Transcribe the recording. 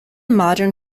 modern